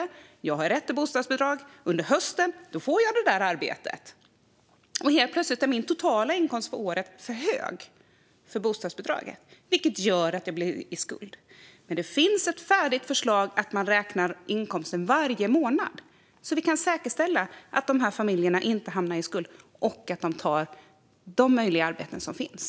Då har jag rätt till bostadsbidrag. Under hösten får jag ett arbete. Helt plötsligt är min totala inkomst för året för hög för bostadsbidraget, vilket gör att jag blir satt i skuld. Men det finns ett färdigt förslag om att räkna inkomsten varje månad så att vi kan säkerställa att dessa familjer inte hamnar i skuld och att man tar de möjliga arbeten som finns.